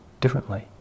differently